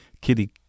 Kitty